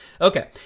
okay